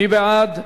מי בעד?